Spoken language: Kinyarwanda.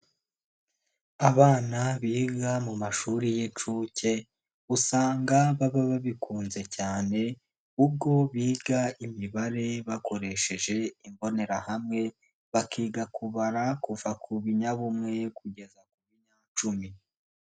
Abana biga mu mashuri y'inshuke usanga baba babikunze cyane ubwo biga imibare bakoresheje imbonerahamwe, bakiga kubara kuva ku binyabumwe kugeza ku binyacumi.